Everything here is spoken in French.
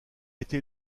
été